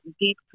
deep